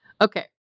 Okay